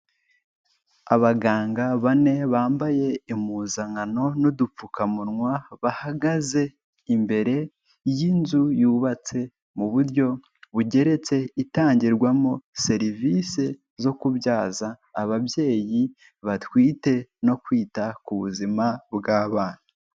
Abaganga bane bambaye impuzankano n'udupfukamunwa bahagaze imbere y'inzu yubatse mu buryo bugeretse itangirwamo serivisi zo kubyaza ababyeyi batwite no kwita ku buzima bw'abana.